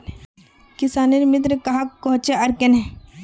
किसानेर मित्र कहाक कोहचे आर कन्हे?